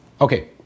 okay